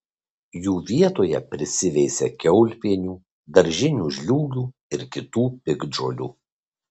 jų vietoje prisiveisia kiaulpienių daržinių žliūgių ir kitų piktžolių